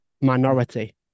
minority